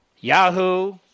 Yahoo